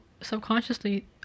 subconsciously